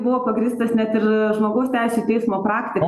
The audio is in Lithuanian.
buvo pagrįstas net ir žmogaus teisių teismo praktika